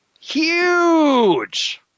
Huge